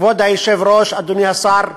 כבוד היושב-ראש, אדוני השר,